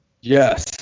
Yes